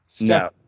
No